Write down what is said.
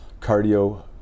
cardio